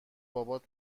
بابات